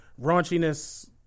raunchiness